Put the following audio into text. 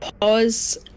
pause